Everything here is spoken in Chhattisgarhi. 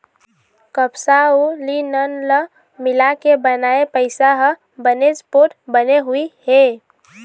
कपसा अउ लिनन ल मिलाके बनाए पइसा ह बनेच पोठ बने हुए हे